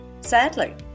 sadly